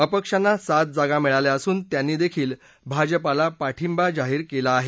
अपक्षांना सात जागा मिळाल्या असून त्यांनी देखील भाजपाला पाठिंबा जाहीर केला आहे